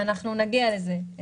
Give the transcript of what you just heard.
אנחנו נגיע לזה.